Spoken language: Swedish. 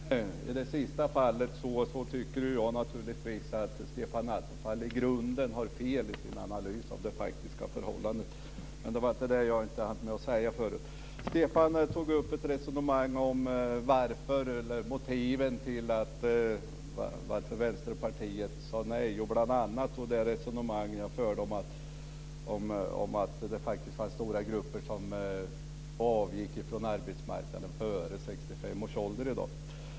Herr talman! I det senaste fallet tycker jag naturligtvis att Stefan Attefall i grunden har fel i sin analys av det faktiska förhållandet. Men det var inte det jag inte hann säga förut och ville återkomma till. Stefan Attefall tog upp ett resonemang om motiven till att Vänsterpartiet sade nej, bl.a. resonemanget om att det faktiskt är stora grupper som avgår från arbetsmarknaden före 65 års ålder i dag.